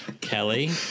Kelly